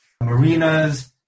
marinas